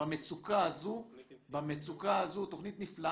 במצוקה הזאת -- תוכנית עם פידבק מעולה.